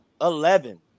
Eleven